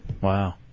Wow